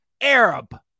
Arab